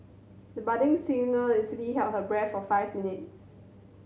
the budding singer easily held her breath for five minutes